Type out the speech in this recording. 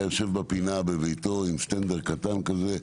היה יושב בפינה בביתו עם סטנד קטן כזה,